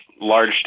large